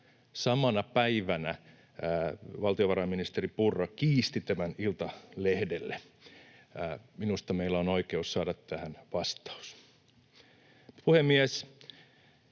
Samana päivänä valtiovarainministeri Purra kiisti tämän Iltalehdelle. Minusta meillä on oikeus saada tähän vastaus.